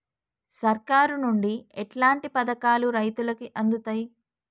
సర్కారు నుండి ఎట్లాంటి పథకాలు రైతులకి అందుతయ్?